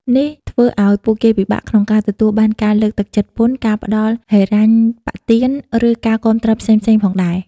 នេះធ្វើឱ្យពួកគេពិបាកក្នុងការទទួលបានការលើកទឹកចិត្តពន្ធ ការផ្តល់ហិរញ្ញប្បទាន ឬការគាំទ្រផ្សេងៗផងដែរ ។